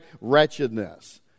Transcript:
wretchedness